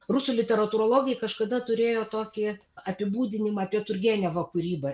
rusų literatūrologai kažkada turėjo tokį apibūdinimą apie turgenevo kūrybą